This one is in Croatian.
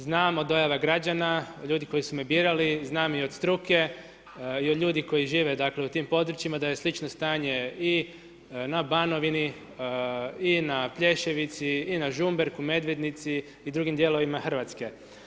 Znam o dojavama građana, od ljudi koji su me birali, znam i od struke i od ljudi koji žive dakle u tim područjima da je slično stanje i na Banovini i na Plješevici i na Žumberku, Medvednici i drugim dijelovima Hrvatske.